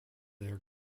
their